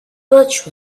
birch